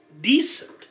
decent